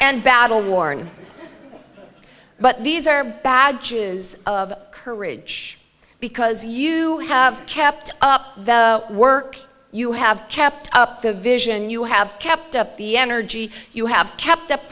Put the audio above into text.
and battle worn but these are badges of courage because you have kept up the work you have kept up the vision you have kept up the energy you have kept up